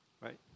right